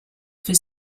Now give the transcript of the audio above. for